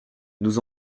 nous